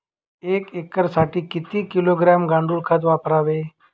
एक एकरसाठी किती किलोग्रॅम गांडूळ खत वापरावे?